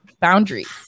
Boundaries